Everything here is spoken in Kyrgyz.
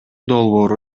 долбоору